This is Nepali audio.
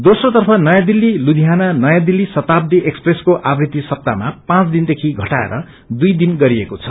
दोस्रो तर्फ नयौँ दिल्ली लुधियाना नयौँ दिल्ली शताब्दी एकसप्रेसको आवृत्ति सप्ताहमा पाँच दिनदेखि घटाएर दुई दिन गरिएको छ